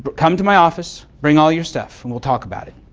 but come to my office, bring all your stuff, and we'll talk about it.